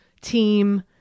team